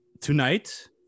tonight